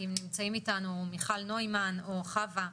האם נמצאים איתנו מיכל נוימן או חווה?